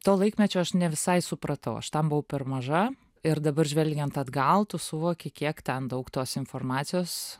to laikmečio aš ne visai supratau aš tam buvau per maža ir dabar žvelgiant atgal tu suvoki kiek ten daug tos informacijos